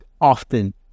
often